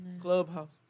Clubhouse